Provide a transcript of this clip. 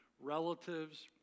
relatives